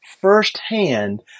firsthand